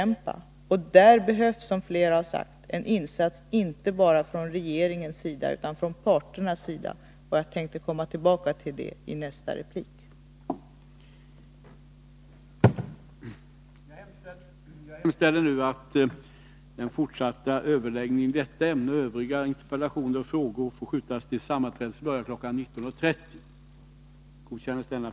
Där behövs, som flera har sagt, en insats inte bara från regeringens sida utan också från parternas Nr 158 sida. Jag tänker komma tillbaka till detta i nästa replik. Måndagen den